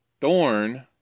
thorn